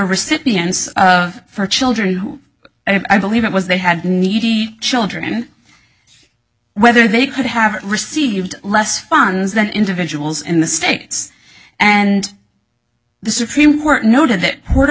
recipients of for children who i believe it was they had needy children whether they could have received less funds than individuals in the states and the supreme court noted that puerto